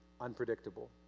unpredictable